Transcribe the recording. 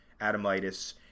Adamitis